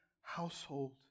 household